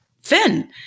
fin